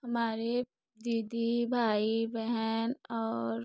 हमारे दीदी भाई बहन और